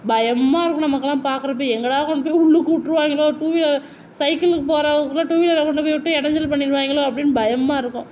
பயமாக இருக்கும் நமக்குல்லாம் பாக்கிறப்பையே எங்கடா கொண்டு போய் உள்ளுக்குள் விட்டுருவாய்ங்களோ டூவீலர் சைக்கிளில் போறவங்களை டூவீலரை கொண்டு போய் விட்டு இடஞ்சல் பண்ணிருவாங்களோ அப்படின்னு பயமாக இருக்கும்